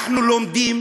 אנחנו לומדים